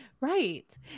Right